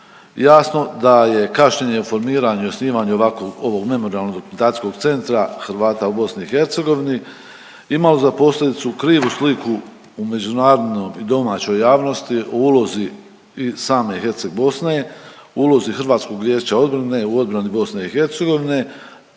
Jasno da je kašnjenje u informiranju i osnivanju ovakvog, ovog memorijalno dokumentacijskom Hrvata u BiH imalo za posljedicu krivu sliku u međunarodnoj i domaćoj javnosti o ulozi i same Herceg Bosne, o ulozi Hrvatskog vijeća obrane u odbrani BiH,